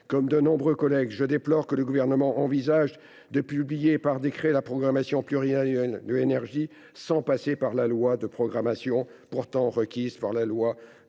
Comme de nombreux collègues, je déplore que le Gouvernement envisage de publier par décret la programmation pluriannuelle de l’énergie, sans passer par la loi de programmation pourtant requise depuis la loi Énergie